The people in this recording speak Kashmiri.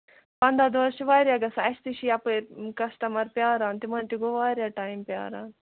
پَنٛداہ دۄہ حظ چھِ واریاہ گژھان اَسہِ تہِ چھِ یَپٲرۍ کَسٹَٕمر پرٛاران یِمن تہِ گوٚو واریاہ ٹایم پرٛاران